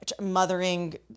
Mothering